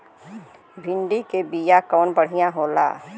भिंडी के बिया कवन बढ़ियां होला?